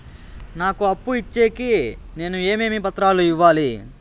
నాకు అప్పు ఇచ్చేకి నేను ఏమేమి పత్రాలు ఇవ్వాలి